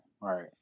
right